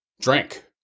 drink